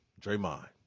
Draymond